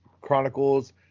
Chronicles